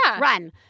run